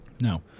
No